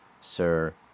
Sir